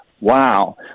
Wow